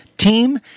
team